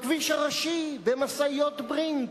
בכביש הראשי, במשאיות "ברינקס".